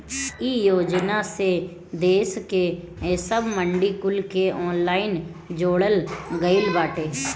इ योजना से देस के सब मंडी कुल के ऑनलाइन जोड़ल गईल बाटे